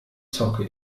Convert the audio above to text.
zocke